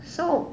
so